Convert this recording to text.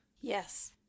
Yes